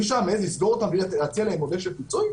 מישהו היה מעז לסגור אותם בלי להציע להם מודל של פיצוי?